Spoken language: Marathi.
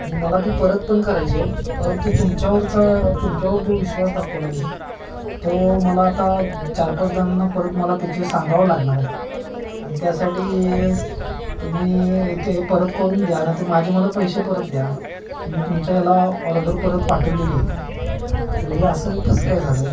आणि मला ती परत पण करायची आहे परंतु तुमच्यावरचा तुमच्यावर जो विश्वास दाखवला मी तो मला आता चार पाचजणांना परत मला त्याचे सांगावं लागणार आहे आणि त्यासाठी तुम्ही ते परत करून द्या नाहीतर माझे मला पैसे परत द्या मी तुमच्या याला ऑर्डर परत पाठवलेली आहे ती तर हे असं कसं काय झालं